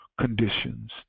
conditions